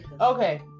Okay